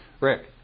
Rick